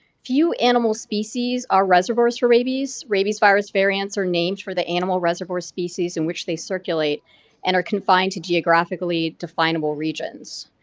few animal species are reservoirs for rabies, rabies virus variance are named for the animal reservoir species in which they circulate and are confined to geographically definable regions.